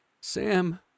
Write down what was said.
Sam